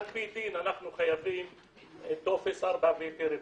על פי דין, אנחנו חייבים טופס 4 והיתר בנייה.